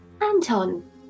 Anton